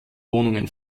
wohnungen